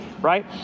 right